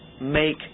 make